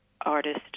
artist